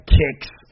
kicks